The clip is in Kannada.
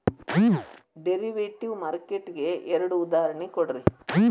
ಡೆರಿವೆಟಿವ್ ಮಾರ್ಕೆಟ್ ಗೆ ಎರಡ್ ಉದಾಹರ್ಣಿ ಕೊಡ್ರಿ